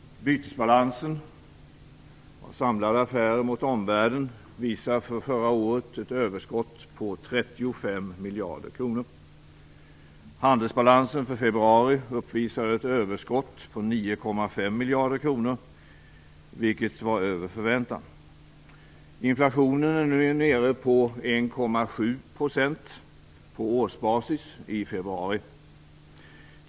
Bytesbalansen, våra samlade affärer med omvärlden, visar för förra året ett överskott på 35 miljarder kronor. Handelsbalansen för februari uppvisade ett överskott på 9,5 miljarder kronor, vilket var över förväntan. Inflationen är nu nere på 1,7 % på årsbasis i februari.